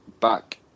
back